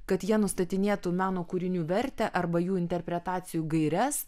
kad jie nustatinėtų meno kūrinių vertę arba jų interpretacijų gaires